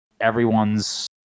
everyone's